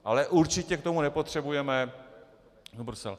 Ale určitě k tomu nepotřebujeme Brusel.